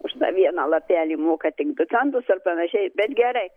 už vieną lapelį moka tik du centus ar panašiai bet gerai